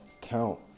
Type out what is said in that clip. count